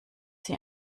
sie